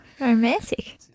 Romantic